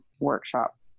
workshop